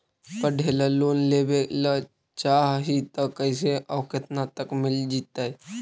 पढ़े ल लोन लेबे ल चाह ही त कैसे औ केतना तक मिल जितै?